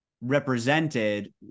represented